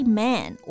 man